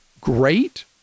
great